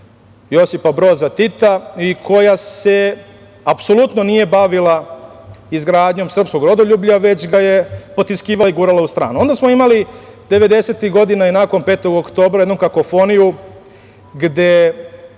Josipa Broza Tita i koja se apsolutno nije bavila izgradnjom srpskom rodoljublja, već ga je potiskivala i gurala u stranu. Onda smo imali devedesetih godina i nakon 5. oktobra jednu kakofoniju, gde